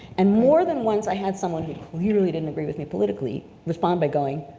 and more than once, i had someone who clearly didn't agree with me politically respond by going,